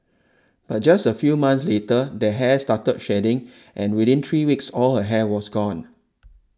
but just a few months later the hair started shedding and within three weeks all her hair was gone